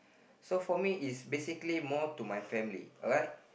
so for me is basically more to my family alright